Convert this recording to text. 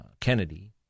Kennedy